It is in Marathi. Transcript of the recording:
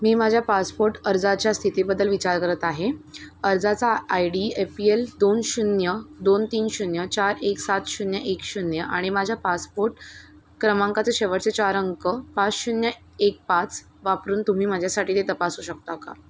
मी माझ्या पासपोर्ट अर्जाच्या स्थितीबद्दल विचार करत आहे अर्जाचा I D F E L दोन शून्य दोन तीन शून्य चार एक सात शून्य एक शून्य आणि माझ्या पासपोर्ट क्रमांकाचे शेवटचे चार अंक पाच शून्य एक पाच वापरून तुम्ही माझ्यासाठी ते तपासू शकता का